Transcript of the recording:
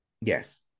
yes